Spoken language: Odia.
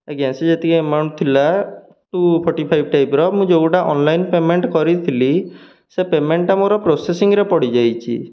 ଆଜ୍ଞା ସେ ଯେତିକି ଏମାଉଣ୍ଟ ଥିଲା ଟୁ ଫର୍ଟି ଫାଇଭ୍ ଟାଇପ୍ର ମୁଁ ଯେଉଁ ଗୁଟା ଅନଲାଇନ୍ ପେମେଣ୍ଟ କରିଥିଲି ସେ ପେମେଣ୍ଟଟା ମୋର ପ୍ରୋସେସିଂରେ ପଡ଼ିଯାଇଛି